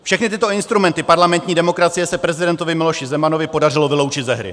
Všechny tyto instrumenty parlamentní demokracie se prezidentovi Miloši Zemanovi podařilo vyloučit ze hry.